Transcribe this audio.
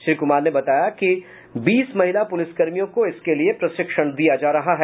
श्री कुमार ने बताया कि बीस महिला पूलिसर्मियों को इसके लिए प्रशिक्षण दिया जा रहा है